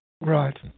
Right